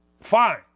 Fine